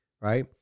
right